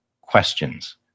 questions